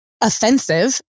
offensive